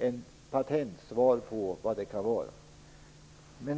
ett patentsvar om vad det kan vara fråga om.